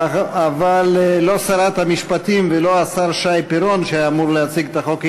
אבל לא שרת המשפטים ולא השר שי פירון שהיה אמור להציג את החוק,